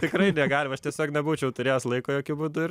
tikrai negalima aš tiesiog nebūčiau turėjęs laiko jokiu būdu ir